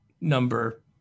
number